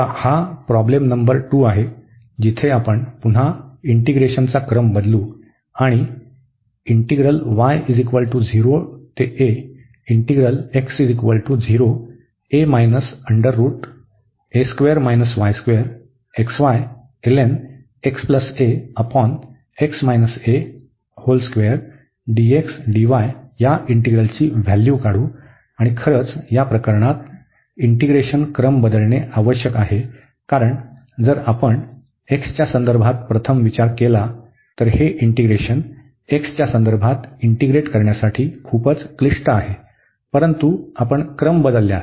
आता हा problem number 2 आहे जिथे आपण पुन्हा इंटीग्रेशनचा क्रम बदलू आणि या इंटीग्रलची व्हॅल्यू काढू आणि खरंच या प्रकरणात इंटीग्रेशन क्रम बदलणे आवश्यक आहे कारण जर आपण x च्या संदर्भात प्रथम विचार केला तर हे इंटीग्रेशन x च्या संदर्भात इंटीग्रेट करण्यासाठी खूपच क्लिष्ट आहे परंतु आपण क्रम बदलल्यास